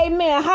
Amen